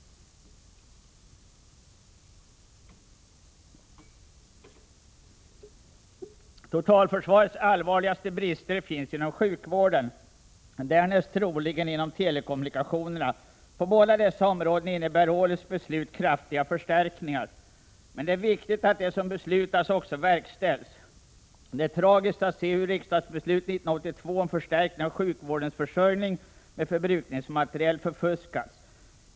Totalförsvarets allvarligaste brister finns inom sjukvården, därnäst troligen inom telekommunikationerna. På båda dessa områden innebär årets beslut kraftiga förstärkningar. Men det är viktigt att det som beslutas också verkställs. Det är tragiskt att se hur riksdagsbeslutet 1982 om förstärkning av sjukvårdens försörjning med förbrukningsmateriel har förfuskats.